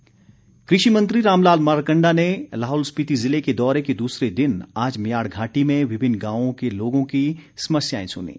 मारकण्डा कृषि मंत्री रामलाल मारकंडा ने लाहौल स्पीति जिले के दौरे के दूसरे दिन आज म्याड़ घाटी में विभिन्न गांवों के लोगों की समस्याएं सुनीं